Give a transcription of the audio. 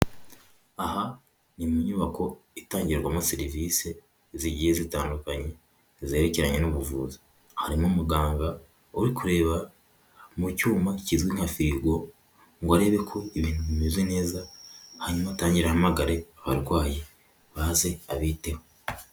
Aha ni mu nyubako itangirwamo serivisi zigiye zitandukanye, zerekeranye n'ubuvuzi harimo umuganga uri kureba mu cyuma kizwi nka firigo ngo arebe ko ibintu bimeze neza, hanyuma atangiragire ahahamagare abarwayi baze abiteho.